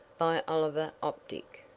by oliver optic,